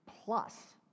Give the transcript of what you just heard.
plus